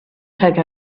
take